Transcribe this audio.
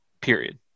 Period